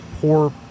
poor